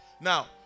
Now